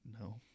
no